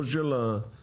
לא של החברות.